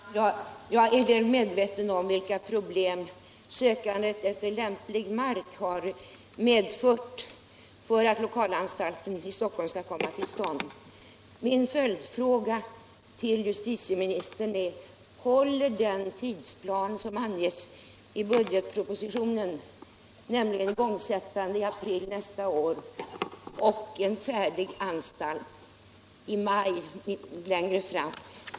Herr talman! Jag är väl medveten om vilka problem sökandet efter lämplig mark har medfört när det gäller möjligheterna att lokalanstalten i Stockholm skall komma till stånd. Min följdfråga till justitieministern är: Håller den tidsplan som anges i budgetpropositionen, nämligen igångsättande i april nästa år och en färdig anstalt i maj 1979?